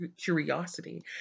curiosity